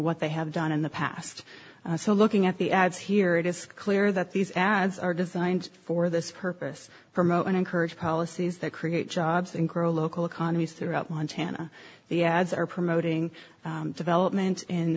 what they have done in the past so looking at the ads here it is clear that these ads are designed for this purpose promote and encourage policies that create jobs and grow local economies throughout montana the ads are promoting development